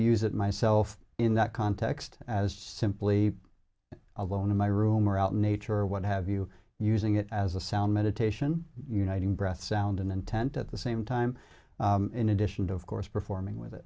use it myself in that context as simply alone in my room or out in nature or what have you using it as a sound meditation uniting breath sound and intent at the same time in addition to of course performing w